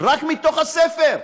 רק מהספר,